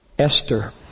Esther